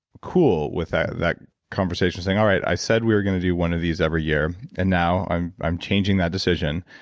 cool with that that conversation saying, all right, i said we are going to do one of these every year, and now i'm i'm changing that decision,